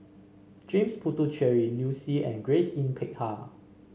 James Puthucheary Liu Si and Grace Yin Peck Ha